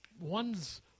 ones